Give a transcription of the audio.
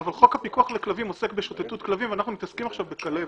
אבל חוק הפיקוח לכלבים עוסק בשוטטות כלבים ואנחנו מתעסקים עכשיו בכלבת.